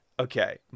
Okay